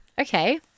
Okay